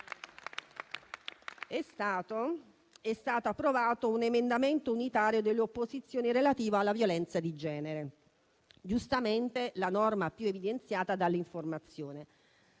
È stato approvato un emendamento unitario delle opposizioni relativo alla violenza di genere, giustamente la norma più evidenziata dall'informazione.